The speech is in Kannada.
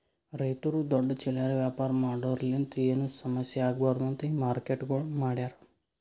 ರೈತುರು ದೊಡ್ಡ ಚಿಲ್ಲರೆ ವ್ಯಾಪಾರ ಮಾಡೋರಲಿಂತ್ ಏನು ಸಮಸ್ಯ ಆಗ್ಬಾರ್ದು ಅಂತ್ ಈ ಮಾರ್ಕೆಟ್ಗೊಳ್ ಮಾಡ್ಯಾರ್